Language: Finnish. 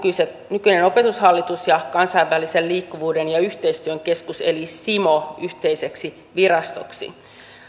nykyinen opetushallitus ja kansainvälisen liikkuvuuden ja yhteistyön keskus eli cimo yhteiseksi virastoksi